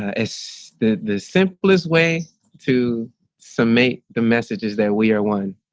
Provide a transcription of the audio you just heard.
ah so the the simplest way to submit the messages that we are wanting